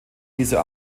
dieser